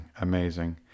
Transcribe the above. amazing